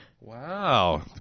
Wow